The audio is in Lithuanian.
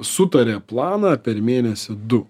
sutarė planą per mėnesį du